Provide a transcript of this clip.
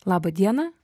labą dieną